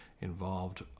involved